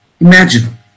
Imagine